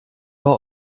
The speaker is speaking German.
war